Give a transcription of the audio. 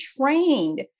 trained